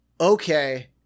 okay